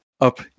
up